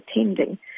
attending